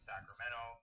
Sacramento